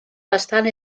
bastant